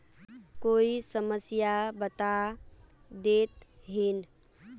कोई समस्या बता देतहिन?